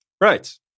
right